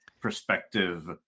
Perspective